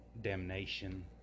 damnation